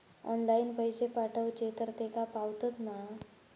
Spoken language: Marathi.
ऑनलाइन पैसे पाठवचे तर तेका पावतत मा?